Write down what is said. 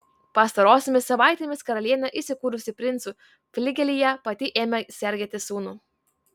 pastarosiomis savaitėmis karalienė įsikūrusi princų fligelyje pati ėmė sergėti sūnų